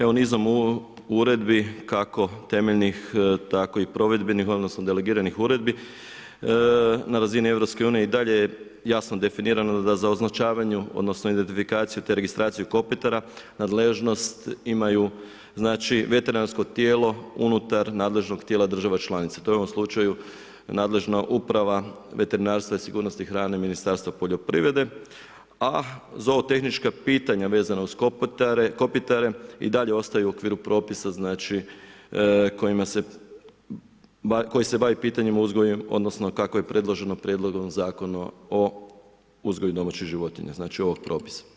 Evo nizom ovih uredbi kako temeljnih tako i provedbenih odnosno delegiranih uredbi, na razini EU-a i dalje je jasno definirano da za označavanje odnosno identifikaciju te registraciju kopitara, nadležnost imaju veterinarsko tijelo unutar nadležnog tijela država članice te je u ovom slučaju nadležna Uprava veterinarstva i sigurnosti hrane Ministarstva uprave a ZOO tehnička pitanja vezana uz kopitare i dalje ostaju u okviru propisa koja se bave pitanjem uzgoja odnosno kako je predloženo prijedlogom Zakona o uzgoju domaćih životinja, znači ovog propisa.